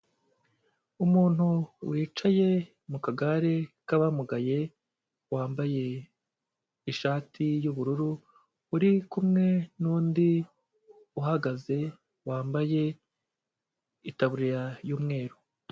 Umuntu wicaye mu kagare k'abamugaye wambaye ishati y'ubururu, uri kumwe n'undi uhagaze wambaye itaburiya y'umweru.